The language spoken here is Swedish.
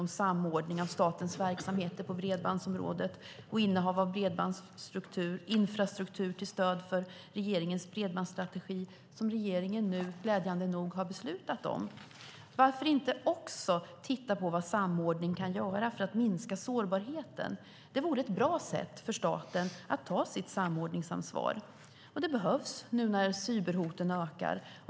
Det är en utredning av samordning av statens verksamheter på bredbandsområdet och innehav av bredbandsstruktur och infrastruktur till stöd för regeringens bredbandsstrategi som regeringen nu, glädjande nog, har beslutat om. Varför inte också titta på vad samordning kan göra för att minska sårbarheten? Det vore ett bra sätt för staten att ta sitt samordningsansvar. Det behövs nu när cyberhoten ökar.